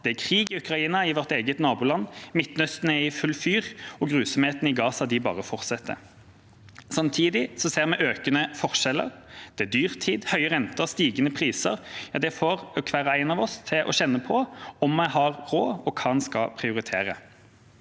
det er krig i Ukraina – i vårt eget nabolag – Midtøsten er i full fyr, og grusomhetene i Gaza bare fortsetter. Samtidig ser vi økende forskjeller, der dyrtid, høye renter og stigende priser får hver og en av oss til å kjenne på om vi har råd, og hva vi skal prioritere.